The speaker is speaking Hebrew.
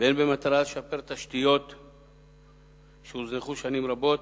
במטרה לשפר תשתיות שהוזנחו שנים רבות: